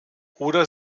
oder